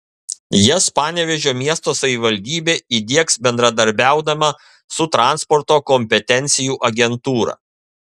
jas panevėžio miesto savivaldybė įdiegs bendradarbiaudama su transporto kompetencijų agentūra